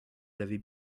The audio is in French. avez